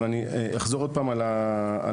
אבל אני אחזור פה על הנתונים,